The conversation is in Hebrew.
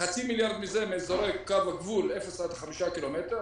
חצי מיליארד מזה באזורי קו הגבול אפס עד חמישה קילומטרים,